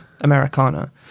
Americana